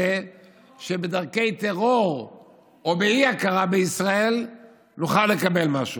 שבדרכי טרור או באי-הכרה בישראל נוכל לקבל משהו.